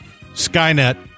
Skynet